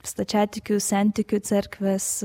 stačiatikių sentikių cerkves